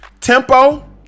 Tempo